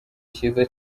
cyiza